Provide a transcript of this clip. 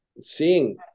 seeing